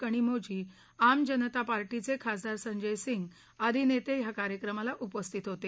कणीमोजी आम जनता पार्टीचे खासदार संजय सिंग आदी नेते हे या कार्यक्रमाला उपस्थित होते